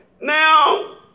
Now